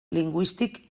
lingüístic